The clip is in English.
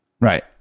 Right